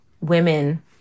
women